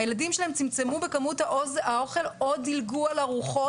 הילדים שלהם צמצמו בכמות האוכל או דילגו על ארוחות.